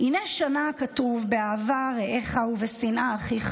"הינה שנה הכתוב באהבה רעך ובשנאה אחיך